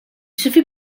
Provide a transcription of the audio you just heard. suffit